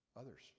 Others